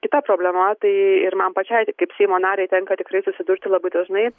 kita problema tai ir man pačiai kaip seimo narei tenka tikrai susidurti labai dažnai